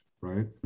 right